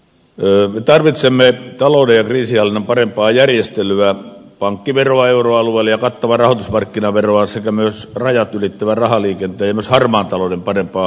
me tarvitsemme talouden ja kriisinhallinnan parempaa järjestelyä pankkiveroa euroalueelle ja kattavaa rahoitusmarkkinaveroa sekä myös rajat ylittävän rahaliikenteen ja myös harmaan talouden parempaa hallintaa